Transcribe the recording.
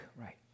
right